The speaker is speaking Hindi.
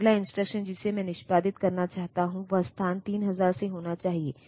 और अगला इंस्ट्रक्शन जिसे मैं निष्पादित करना चाहता हूं वह स्थान 3000 से होना चाहिए